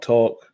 Talk